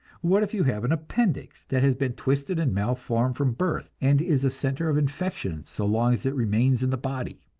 what if you have an appendix that has been twisted and malformed from birth, and is a center of infection so long as it remains in the body?